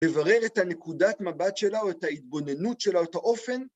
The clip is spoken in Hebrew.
לברר את הנקודת מבט שלה או את ההתבוננות שלה או את האופן